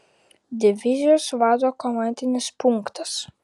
divizijos vado komandinis punktas